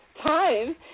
time